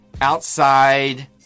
outside